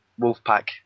Wolfpack